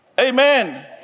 Amen